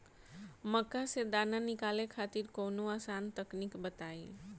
मक्का से दाना निकाले खातिर कवनो आसान तकनीक बताईं?